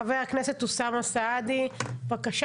חבר הכנסת אוסאמה סעדי, בבקשה.